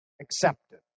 accepted